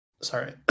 sorry